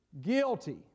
Guilty